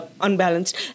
unbalanced